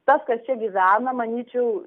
tas kas čia gyvena manyčiau